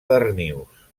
darnius